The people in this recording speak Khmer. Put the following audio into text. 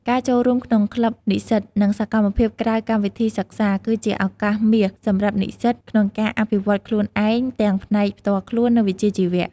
ការចូលរួមក្នុងក្លឹបនិស្សិត និងសកម្មភាពក្រៅកម្មវិធីសិក្សា គឺជាឱកាសមាសសម្រាប់និស្សិតក្នុងការអភិវឌ្ឍន៍ខ្លួនឯងទាំងផ្នែកផ្ទាល់ខ្លួន និងវិជ្ជាជីវៈ។